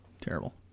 Terrible